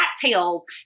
cattails